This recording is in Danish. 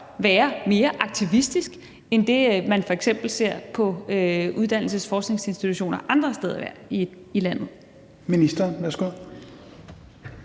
være mere aktivistisk end den, man f.eks. ser på uddannelses- og forskningsinstitutioner andre steder i landet. Kl. 20:10 Tredje